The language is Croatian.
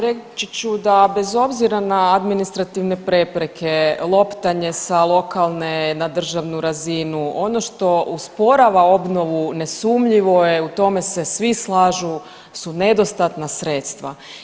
Reći ću da bez obzira na administrativne prepreke, loptanje sa lokalne na državnu razinu ono što usporava obnovu nesumnjivo je u tome se svi slažu su nedostatna sredstva.